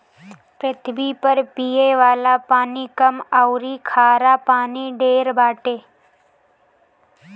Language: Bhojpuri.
पृथ्वी पर पिये वाला पानी कम अउरी खारा पानी ढेर बाटे